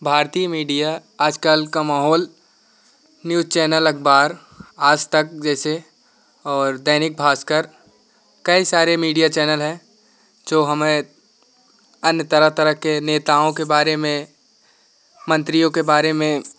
भारतीय मीडिया आज कल का माहौल न्यूज चैनल अखबार आज तक जैसे और दैनिक भास्कर कई सारे मीडिया चैनल है जो हमें अन्य तरह तरह के नेताओं के बारे में मंत्रियों के बारे में